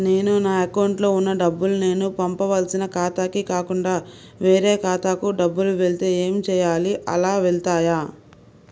నేను నా అకౌంట్లో వున్న డబ్బులు నేను పంపవలసిన ఖాతాకి కాకుండా వేరే ఖాతాకు డబ్బులు వెళ్తే ఏంచేయాలి? అలా వెళ్తాయా?